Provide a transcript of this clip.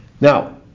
Now